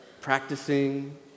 practicing